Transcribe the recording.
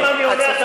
אם אני עולה,